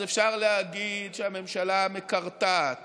אז אפשר להגיד שהממשלה מקרטעת